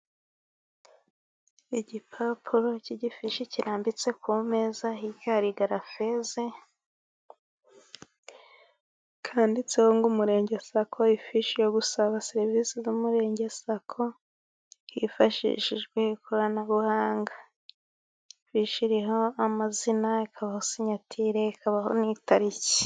Igipapuro cy'igifishi kirambitse ku meza, hirya hari garafeze yanditseho Umurenge Sako. Ifishi yo gusaba serivisi z'Umurenge Sako, hifashishijwe ikoranabuhanga, ifishi iriho amazina, ikabaho senyatire, ikabaho n'itariki.